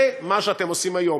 זה מה שאתם עושים היום.